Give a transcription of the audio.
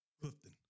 Clifton